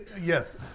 Yes